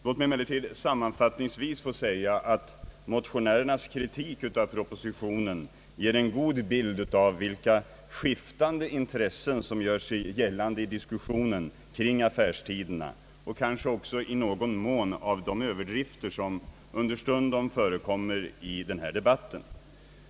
Låt mig emellertid sammanfattningsvis få säga, att motionärernas kritik av propositionen ger en god bild av vilka skiftande intressen som gör sig gällande i diskussionen kring affärstiderna — och kanske också i någon mån av de överdrifter som understundom förekommer i denna debatt.